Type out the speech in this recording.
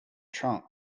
trunk